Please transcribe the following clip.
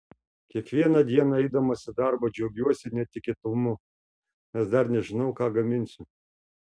kiekvieną dieną eidamas į darbą džiaugiuosi netikėtumu nes dar nežinau ką gaminsiu